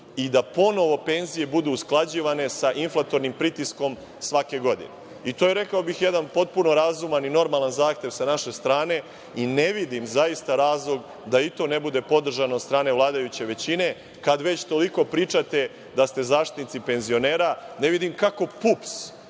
i da ponovo penzije budu usklađivane sa inflatornim pritiskom svake godine. To je, rekao bih, jedan potpuno razuman i normalan zahtev sa naše strane i ne vidim zaista razlog da i to ne bude podržano od strane vladajuće većine. Kad već toliko pričate da ste zaštitnici penzionera, ne vidim kako PUPS